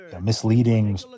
misleading